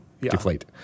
deflate